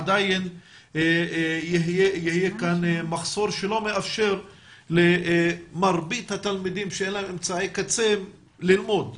עדיין יהיה מחסור שלא יאפשר למרבית התלמידים שאין להם אמצעי קצה ללמוד.